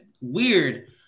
Weird